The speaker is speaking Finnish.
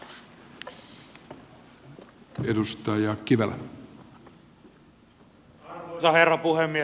arvoisa herra puhemies